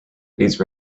these